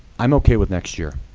i'm ok with next year.